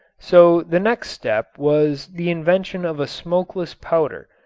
so the next step was the invention of a smokeless powder.